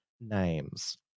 names